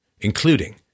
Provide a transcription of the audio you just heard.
including